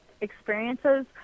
experiences